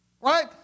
right